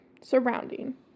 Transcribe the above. surrounding